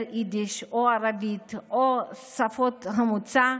או יידיש או ערבית או את שפות המוצא,